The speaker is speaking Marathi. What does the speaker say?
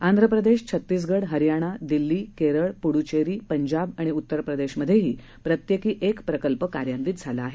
आंध्रप्रदेश छत्तीसगढ हरयाणा दिल्ली केरळ पुद्दचेरी पंजाब आणि उत्तर प्रदेशमधेही प्रत्येकी एक प्रकल्प कार्यान्वित झाला आहे